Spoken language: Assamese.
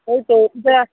সেইটো কিবা